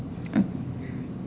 okay